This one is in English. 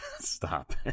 stop